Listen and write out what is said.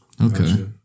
Okay